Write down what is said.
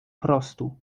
prostu